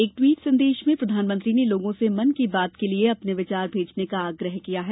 एक ट्वीट संदेश में प्रधानमंत्री ने लोगों से मन की बात की लिए अपने विचार भेजने का आग्रह किया है